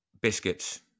biscuits